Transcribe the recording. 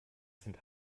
sind